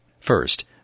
First